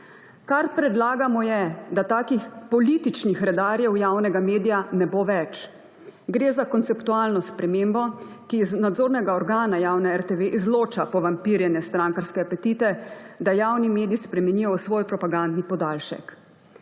Kar predlagamo je, da takih političnih redarjev javnega medija ne bo več. Gre za konceptualno spremembo, ki iz nadzornega organa javne RTV izloča povampirjene strankarske apetite, da javni medij spremenijo v svoj propagandni podaljšek.